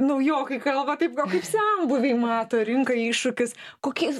naujokai kalba taip o kaip senbuviai mato rinką iššūkius kokiais